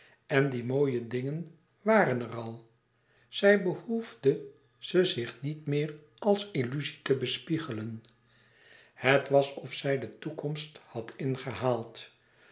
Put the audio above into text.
en die mooie dingen wàren er al zij behoefde ze zich niet meer als illuzie te bespiegelen het was of zij de toekomst had ingehaald